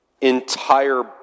entire